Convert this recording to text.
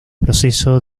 proceso